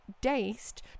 diced